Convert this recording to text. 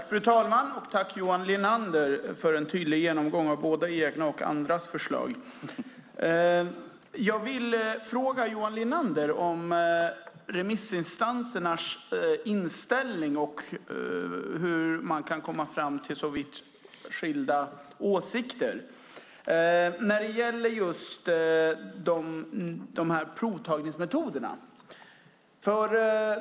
Fru talman! Tack, Johan Linander, för en tydlig genomgång av både egna och andras förslag! Jag vill fråga Johan Linander om remissinstansernas inställning och hur man kan komma fram till så vitt skilda åsikter om provtagningsmetoderna.